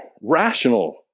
rational